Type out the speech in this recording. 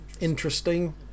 interesting